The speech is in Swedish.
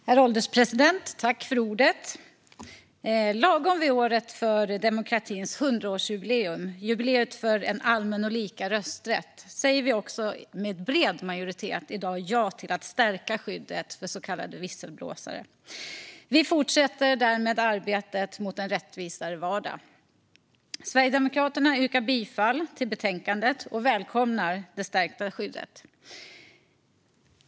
Herr ålderspresident! Lagom till året för demokratins hundraårsjubileum, jubileet för allmän och lika rösträtt, säger vi också i dag med bred majoritet ja till att stärka skyddet för så kallade visselblåsare. Vi fortsätter därmed arbetet mot en rättvisare vardag. Sverigedemokraterna yrkar bifall till utskottets förslag i betänkandet och välkomnar det stärkta skyddet.